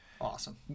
awesome